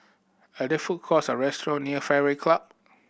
are there food courts or restaurant near Fairway Club